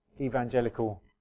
evangelical